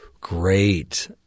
Great